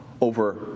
over